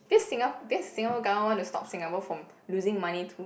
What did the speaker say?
this Singa~ this Singapore government want to stop Singapore from losing money to